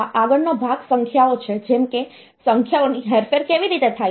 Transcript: આગળનો ભાગ સંખ્યાઓ છે જેમ કે સંખ્યાઓની હેરફેર કેવી રીતે થાય છે